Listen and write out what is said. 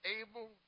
able